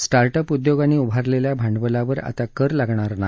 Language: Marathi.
स्टार्ट अप उद्योगांनी उभारलेल्या भांडवलावर आता कर लागणार नाही